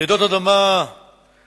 רעידות אדמה חזקות,